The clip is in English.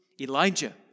Elijah